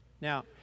Now